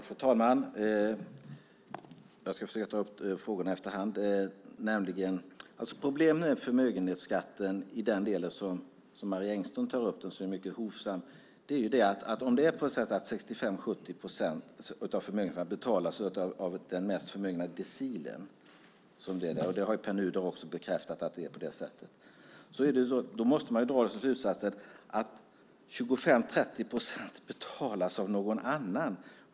Fru talman! Jag ska försöka ta upp frågorna efter hand. Problemet med förmögenhetsskatten i den del som Marie Engström tar upp, och som är mycket hovsam, är att om det är så att 65-70 procent av förmögenhetsskatten betalas av dem i den mest förmögna decilen - det har också Pär Nuder bekräftat - måste man dra slutsatsen att 25-30 procent betalas av någon annan.